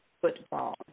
football